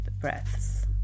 breaths